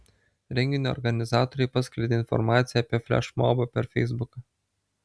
renginio organizatoriai paskleidė informaciją apie flešmobą per feisbuką